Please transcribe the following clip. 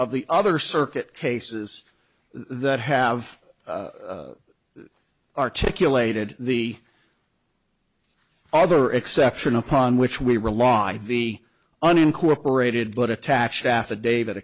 of the other circuit cases that have articulated the other exception upon which we rely the unincorporated but attached affidavit